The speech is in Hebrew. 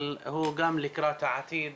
אבל הוא גם לקראת העתיד.